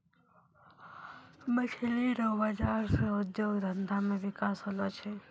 मछली रो बाजार से उद्योग धंधा मे बिकास होलो छै